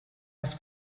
les